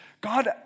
God